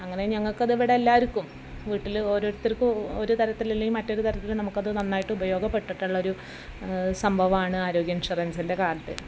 അങ്ങനെ ഞങ്ങൾക്കിതിവിടെ എല്ലാരിക്കും വീട്ടിൽ ഓരോരുത്തർക്കും ഒരു തരത്തിൽ അല്ലെങ്കിൽ മറ്റൊരു തരത്തിൽ നമുക്കത് നന്നായിട്ട് ഉപയോഗപെട്ടിട്ടുള്ളൊരു സംഭവമാണ് ആരോഗ്യ ഇൻഷുറൻസിൻ്റെ കാർഡ്